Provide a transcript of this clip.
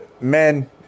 men